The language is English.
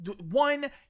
One